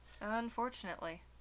unfortunately